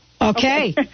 Okay